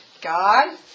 God